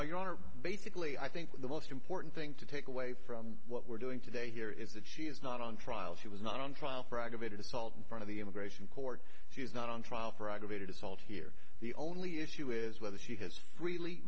are you are basically i think the most important thing to take away from what we're doing today here is that she is not on trial she was not on trial for aggravated assault in front of the immigration court she was not on trial for aggravated assault here the only issue is whether she has freely